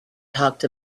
talked